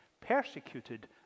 persecuted